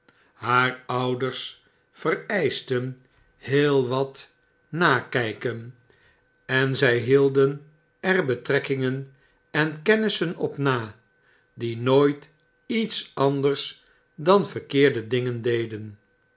haar ouders vereischten heel wat t nakjjken en zfl hielden er betrekkingen en kennissen op na die nooit iets anders dan verkeerde dingen deden